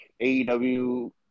AEW